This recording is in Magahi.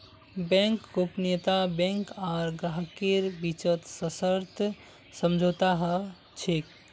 बैंक गोपनीयता बैंक आर ग्राहकेर बीचत सशर्त समझौता ह छेक